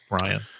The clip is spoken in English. Ryan